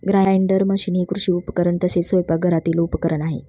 grinder machine हे कृषी उपकरण तसेच स्वयंपाकघरातील उपकरण आहे